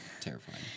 terrifying